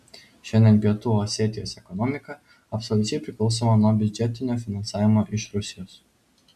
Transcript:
šiandien pietų osetijos ekonomika absoliučiai priklausoma nuo biudžetinio finansavimo iš rusijos